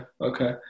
okay